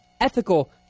ethical